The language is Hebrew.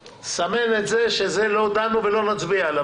תסמן את זה שעל זה לא דנו ולא נצביע עליו.